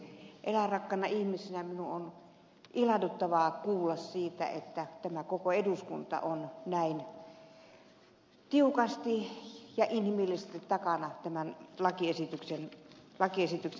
eläinrakkaana ihmisenä minusta on ilahduttavaa kuulla että koko eduskunta on näin tiukasti ja inhimillisesti tämän lakiesityksen takana